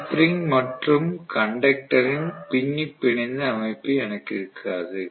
slip ring மற்றும் கண்டக்டரின் பின்னிப்பிணைந்த அமைப்பு எனக்கு இருக்காது